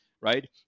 right